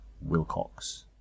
Wilcox